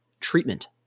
treatment